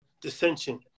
dissension